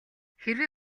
хэрвээ